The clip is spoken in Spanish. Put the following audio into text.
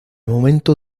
momento